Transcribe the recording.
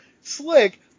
slick